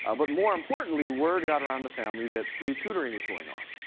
ah but more importantly, word got around the family that free tutoring was going on.